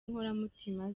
inkoramutima